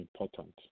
important